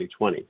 2020